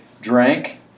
drank